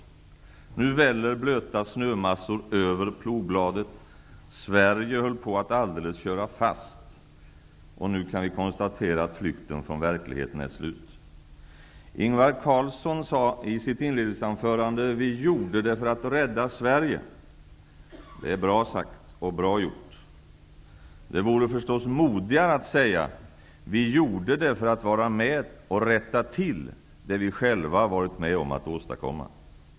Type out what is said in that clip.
Nu väller blöta shömassor över plogbladet. Sverige höll på att alldeles köra fast, och nu kan vi konstatera att flykten från verkligheten är slut. Ingvar Carlsson sade i sitt inledningsanförande: Vi gjorde det för att rädda Sverige. Det är bra sagt och bra gjort. Det vore förstås modigare att säga: Vi gjorde det för att vara med och rätta till det vi själva varit med om att åstadkomma.